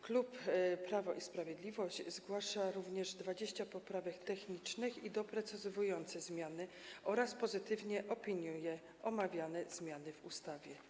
Klub Prawo i Sprawiedliwość zgłasza również 20 poprawek technicznych i doprecyzowujące zmiany oraz pozytywnie opiniuje omawiane zmiany w ustawie.